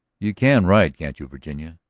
you can ride, can't you, virginia?